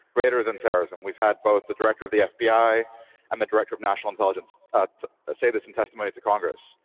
greater than terrorism. we've had both the director of the fbi and the director of national intelligence say this in testimony to congress.